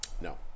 No